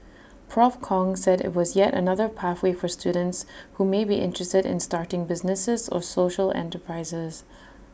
Prof Kong said IT was yet another pathway for students who may be interested in starting businesses or social enterprises